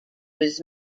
was